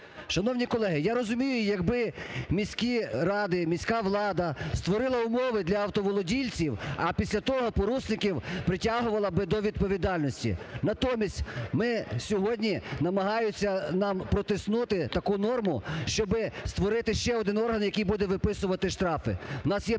Шановні колеги, я розумію, якби міські ради, міська влада створила умови для автоволодільців, а після того порушників притягувала до відповідальності. Натомість, сьогодні намагаються нам протиснути таку норму, щоб створити ще один орган, який буде виписувати штрафи. У нас є